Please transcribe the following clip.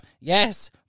yes